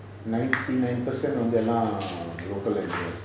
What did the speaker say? ninety nine percent வந்து எல்லாம்:vanthu ellam local engineers